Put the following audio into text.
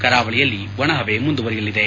ಕರಾವಳಿಯಲ್ಲಿ ಒಣಹವೆ ಮುಂದುವರಿಯಲಿದೆ